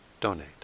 donate